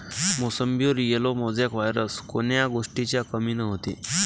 मोसंबीवर yellow mosaic virus कोन्या गोष्टीच्या कमीनं होते?